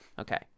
Okay